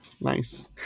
Nice